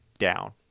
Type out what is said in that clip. down